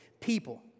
people